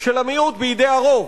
של המיעוט על-ידי הרוב.